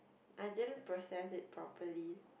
I didn't process it properly